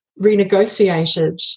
renegotiated